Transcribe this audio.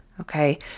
okay